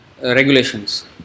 regulations